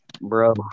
Bro